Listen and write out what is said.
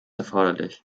erforderlich